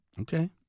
okay